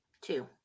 Two